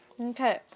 Okay